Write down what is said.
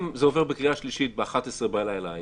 אם זה עובר בקריאה שלישית ב-23:00 בלילה היום,